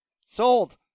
Sold